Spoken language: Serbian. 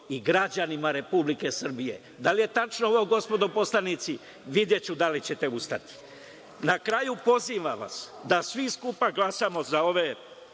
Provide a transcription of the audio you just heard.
i građanima Republike Srbije. Da li je tačno ovo, gospodo poslanici? Videću da li ćete ustati. Na kraju pozivam vas da svi skupa glasamo za ove